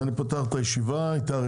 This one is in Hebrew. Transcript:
אני פותח את ישיבת ועדת הכלכלה,